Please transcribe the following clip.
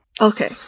Okay